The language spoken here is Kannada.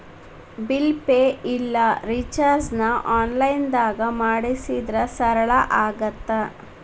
ಬಿಲ್ ಪೆ ಇಲ್ಲಾ ರಿಚಾರ್ಜ್ನ ಆನ್ಲೈನ್ದಾಗ ಮಾಡಿದ್ರ ಸರಳ ಆಗತ್ತ